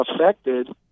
affected